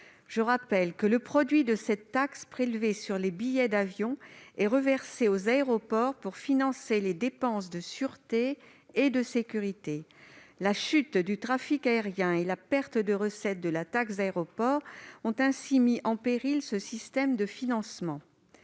Je rappelle que le produit de cette taxe prélevée sur les billets d'avion est reversé aux aéroports pour financer les dépenses de sûreté et de sécurité. La chute du trafic aérien et la perte de recettes de la taxe d'aéroport ont mis en péril ce système de financement.